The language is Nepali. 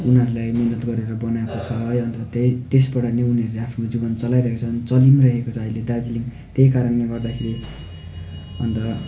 उनीहरूलाई मिहिनेत गरेर बनाएको छ यही अन्त त्यही त्यसबाट पनि उनीहरूले आफ्नो जीवन चलाइरहेको छन् चलिनै रहेको छ अहिले दार्जिलिङ त्यही कारणले गर्दाखेरि अन्त